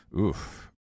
Oof